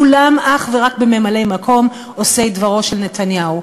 כולם אך ורק בממלאי-מקום, עושי דברו של נתניהו.